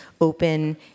open